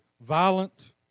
violent